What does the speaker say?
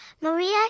Maria